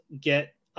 get